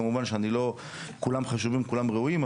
כמובן שכולם חשובים כולם ראויים,